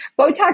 Botox